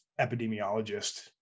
epidemiologist